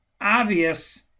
obvious